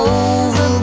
over